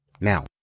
now